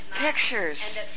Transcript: Pictures